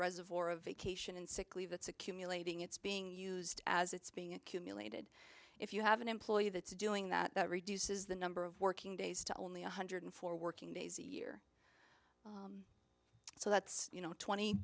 reservoir of vacation and sick leave it's accumulating it's being used as it's being accumulated if you have an employee that's doing that reduces the number of working days to only one hundred four working days a year so that's you know twenty